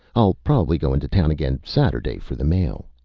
i'll probably go into town again saturday for the mail.